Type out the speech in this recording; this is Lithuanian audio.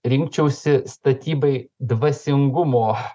rinkčiausi statybai dvasingumo